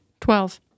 Twelve